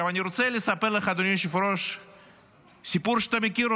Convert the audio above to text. אני רוצה לספר לך אדוני היושב-ראש סיפור שאתה מכיר,